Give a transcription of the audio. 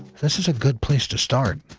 this is a good place to start.